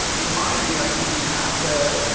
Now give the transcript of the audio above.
in my view i think we have to